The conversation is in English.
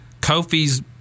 Kofi's